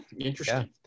Interesting